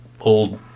old